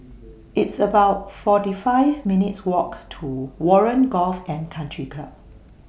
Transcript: It's about forty five minutes' Walk to Warren Golf and Country Club